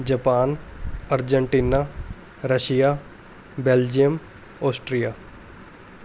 Japan Argentina Russia Belgium Austria